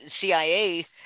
CIA